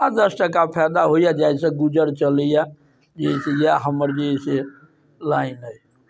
आओर दस टाका फायदा होइए जाहिसँ गुजरि चलैये जे है से इएह हमर जे है से जे लाइन अइ